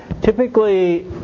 Typically